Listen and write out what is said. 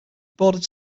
bordered